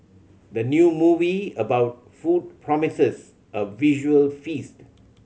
the new movie about food promises a visual feast